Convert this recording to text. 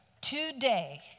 Today